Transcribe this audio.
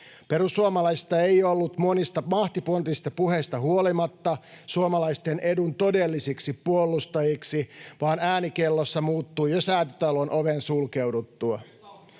Perussuomalaisista ei ollut monista mahtipontisista puheista huolimatta suomalaisten edun todellisiksi puolustajiksi, vaan ääni kellossa muuttui jo Säätytalon oven sulkeuduttua.